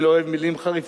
אני לא אוהב מלים חריפות,